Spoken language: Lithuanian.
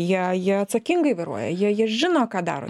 jie jie atsakingai vairuoja jie jie žino ką daro